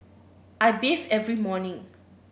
I bathe every morning